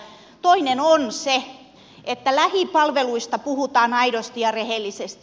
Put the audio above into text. toinen on se että lähipalveluista puhutaan aidosti ja rehellisesti